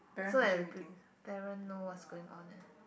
so that the p~ parent know what's going on eh